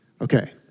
Okay